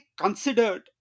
considered